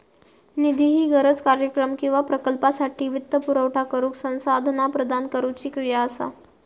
निधी ही गरज, कार्यक्रम किंवा प्रकल्पासाठी वित्तपुरवठा करुक संसाधना प्रदान करुची क्रिया असा